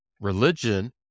religion